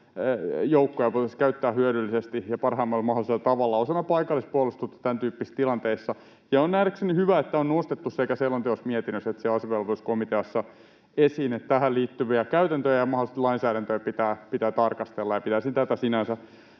joukkoja voitaisiin käyttää hyödyllisesti ja parhaimmalla mahdollisella tavalla osana paikallista puolustusta tämäntyyppisissä tilanteissa. On nähdäkseni hyvä, että on nostettu sekä selonteossa, mietinnössä että siellä asevelvollisuuskomiteassa esiin, että tähän liittyviä käytäntöjä ja mahdollisesti lainsäädäntöä pitää tarkastella, ja pidän tätä sinänsä